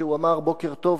כשהוא אמר: בוקר טוב,